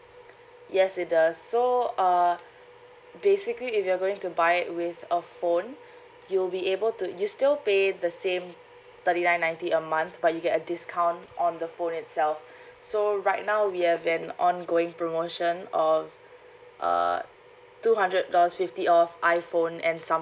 yes it does so uh basically if you're going to buy it with a phone you'll be able to you still pay the same thirty nine ninety a month but you get a discount on the phone itself so right now we have an ongoing promotion of uh two hundred dollars fifty off iphone and